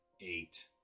eight